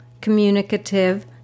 communicative